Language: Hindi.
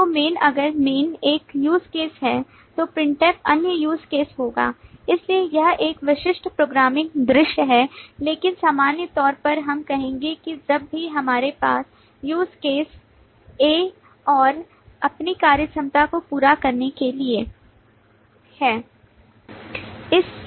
तो main अगर main एक UseCase है तो Printf अन्य Use Case होगा इसलिए यह एक विशिष्ट प्रोग्रामेटिक दृश्य है लेकिन सामान्य तौर पर हम कहेंगे कि जब भी हमारे पास Use Case A होगा और अपनी कार्यक्षमता को पूरा करने के लिए है